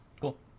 Cool